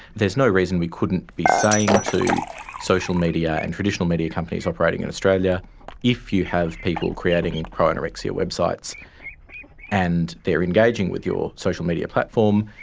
there's no reason we couldn't be saying to social media and traditional media companies operating in australia if you have people creating pro-anorexia websites and they are engaging with your social media platform,